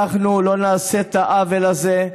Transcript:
אנחנו לא נעשה את העוול הזה.